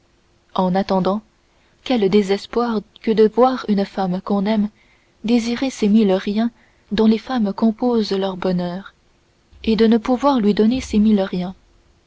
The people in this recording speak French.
en attendant quel désespoir que de voir une femme qu'on aime désirer ces mille riens dont les femmes composent leur bonheur et de ne pouvoir lui donner ces mille riens